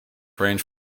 range